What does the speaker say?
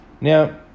Now